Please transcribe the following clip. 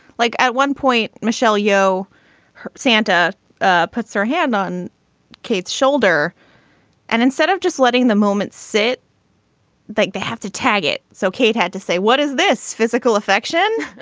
like at one point michelle yeoh santa ah puts her hand on kate's shoulder and instead of just letting the moment sit like they have to tag it. so kate had to say what is this physical affection.